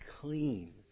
clean